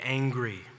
angry